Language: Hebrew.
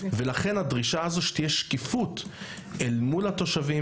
ולכן הדרישה הזו שתהיה שקיפות אל מול התושבים,